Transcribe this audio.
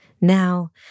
Now